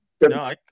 no